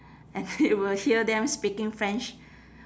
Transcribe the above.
and I will hear them speaking french